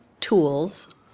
tools